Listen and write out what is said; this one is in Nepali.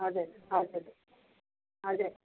हजुर हजुर हजुर